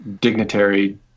dignitary